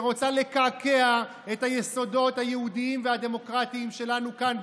שרוצה לקעקע את היסודות היהודיים והדמוקרטיים שלנו כאן,